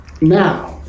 Now